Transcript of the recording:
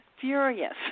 furious